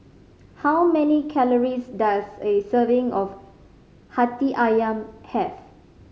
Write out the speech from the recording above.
how many calories does a serving of Hati Ayam have